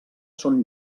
són